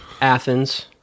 Athens